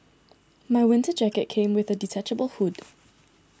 my winter jacket came with a detachable hood